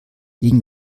gegen